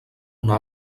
una